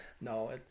No